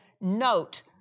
Note